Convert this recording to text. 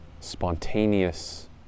spontaneous